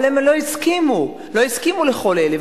אבל הם לא הסכימו, לא הסכימו לכל אלה.